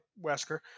Wesker